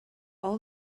all